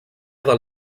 del